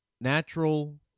natural